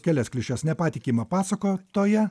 kelias klišes nepatikimą pasakotoją